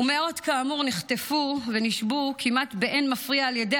ומאות כאמור נחטפו ונשבו כמעט באין מפריע על ידי